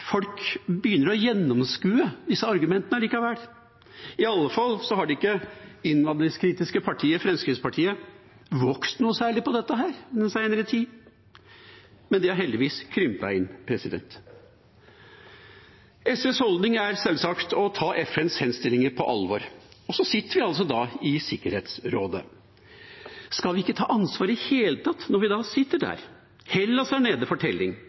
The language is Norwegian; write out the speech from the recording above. folk begynner å gjennomskue disse argumentene likevel. Iallfall har ikke det innvandringskritiske partiet Fremskrittspartiet vokst noe særlig på dette i den senere tid – det har heldigvis krympet. SVs holdning er sjølsagt å ta FNs henstillinger på alvor. Og vi sitter altså i Sikkerhetsrådet. Skal vi ikke ta ansvar i det hele tatt når vi sitter der? Hellas er nede